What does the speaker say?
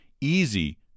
easy